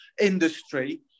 industry